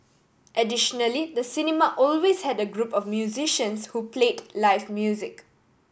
additionally the cinema always had a group of musicians who played live music